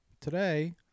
today